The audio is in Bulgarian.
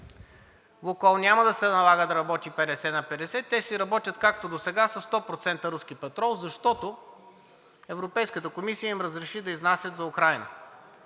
„Лукойл“ няма да се налага да работи 50 на 50, те ще си работят както досега със 100% руски петрол, защото Европейската комисия им разреши да изнасят за Украйна,